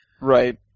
Right